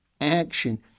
action